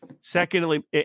Secondly